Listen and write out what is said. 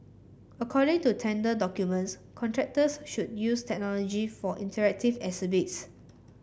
according to tender documents contractors should use technology for interactive exhibits